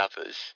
others